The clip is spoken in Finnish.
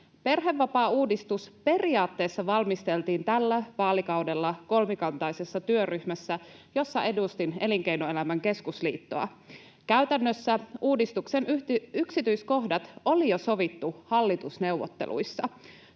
”Perhevapaauudistus periaatteessa valmisteltiin tällä vaalikaudella kolmikantaisessa työryhmässä, jossa edustin Elinkeinoelämän keskusliittoa. Käytännössä uudistuksen yksityiskohdat oli jo sovittu hallitusneuvotteluissa.